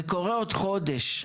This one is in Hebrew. זה קורה עוד חודש.